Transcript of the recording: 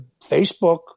Facebook